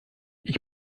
ich